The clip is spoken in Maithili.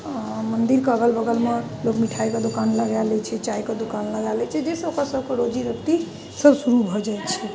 मन्दिरके अगल बगलमे लोक मिठाइके दोकान लगा लै छै चाइके दोकान लगा लै छै जाहिसँ ओकर सबके रोजी रोटी सब शुरू भऽ जाइ छै